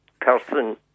person